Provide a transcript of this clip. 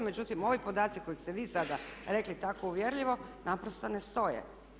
Međutim, ovi podaci koje ste vi sada rekli tako uvjerljivo naprosto ne stoje.